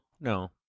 no